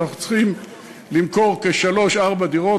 אנחנו צריכים למכור שלוש-ארבע דירות,